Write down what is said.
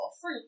fruit